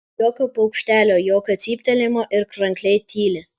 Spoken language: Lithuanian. jokio paukštelio jokio cyptelėjimo ir krankliai tyli